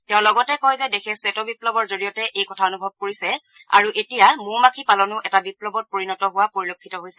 তেওঁ লগতে কয় যে দেশে শ্বেতবিপ্লৱৰ জৰিয়তে এই কথা অনুভৱ কৰিছে আৰু এতিয়া মৌ মাখি পালনো এটা বিপ্লৱত পৰিণত হোৱা পৰিলক্ষিত হৈছে